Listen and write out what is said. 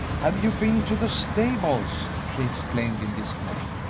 have you been to the stables? she exclaimed, in dismay.